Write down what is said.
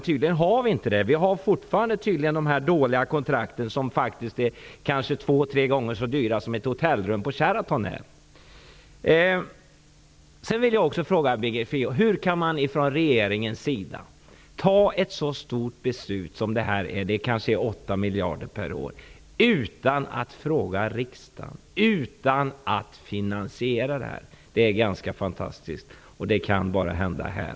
Tydligen är det inte så. Men tydligen finns de dåliga kontrakt kvar som faktiskt innebär att det blir två tre gånger dyrare än för ett rum på hotell Sheraton. Sedan vill jag fråga Birgit Friggebo: Hur kan man från regeringens sida fatta ett så stort beslut som det här är fråga om -- det gäller ju kanske 8 miljarder per år -- utan att fråga riksdagen, utan att finansiera det här? Detta är ganska fantastiskt och kan bara hända här.